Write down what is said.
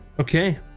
Okay